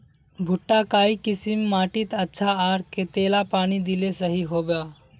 भुट्टा काई किसम माटित अच्छा, आर कतेला पानी दिले सही होवा?